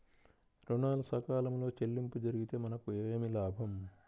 ఋణాలు సకాలంలో చెల్లింపు జరిగితే మనకు ఏమి లాభం?